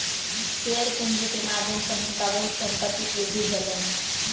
share पूंजी के माध्यम सॅ हुनका बहुत संपत्तिक वृद्धि भेलैन